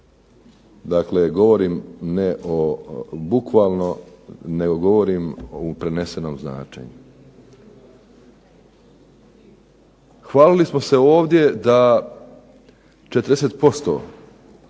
Dakle, govorim ne bukvalno nego govorim u prenesenom značenju. Hvalili smo se ovdje da 40%